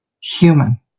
human